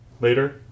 later